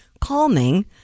calming